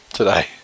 today